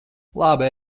labi